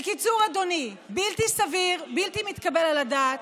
בקיצור, אדוני: בלתי סביר, בלתי מתקבל על הדעת.